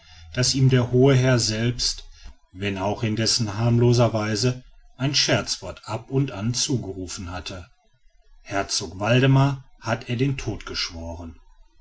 daß ihm der hohe herr selbst wenn auch in dessen harmlosen weise ein scherzwort ab und an zugerufen hatte herzog waldemar hatte er den tod geschworen